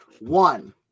One